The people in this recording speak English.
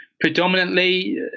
predominantly